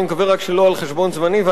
אני מקווה רק שלא על חשבון זמני.